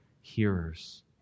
hearers